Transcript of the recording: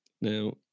Now